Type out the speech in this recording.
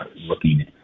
looking